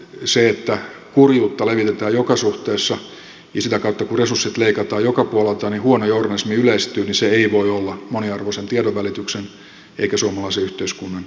se että kurjuutta levitetään joka suhteessa ja sitä kautta kun resursseja leikataan joka puolelta huono journalismi yleistyy ei voi olla moniarvoisen tiedonvälityksen eikä suomalaisen yhteiskunnan etu